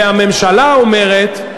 והממשלה אומרת,